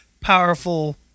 powerful